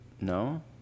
no